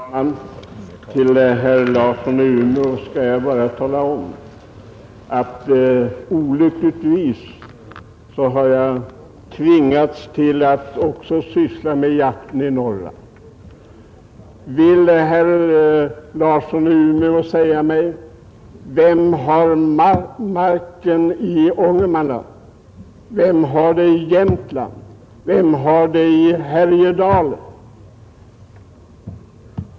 Herr talman! För herr Larsson i Umeå skall jag bara tala om att olyckligtvis har jag tvingats att syssla också med jakten i Norrland. Vill herr Larsson i Umeå säga mig: Vem har marken i Ångermanland, vem har den i Jämtland, vem har den i Härjedalen?